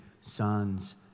sons